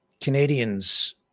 Canadians